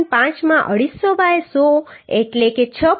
5 માં 250 બાય 100 એટલે કે 6